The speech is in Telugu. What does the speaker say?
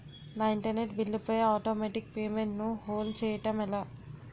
నా ఇంటర్నెట్ బిల్లు పై ఆటోమేటిక్ పేమెంట్ ను హోల్డ్ చేయటం ఎలా?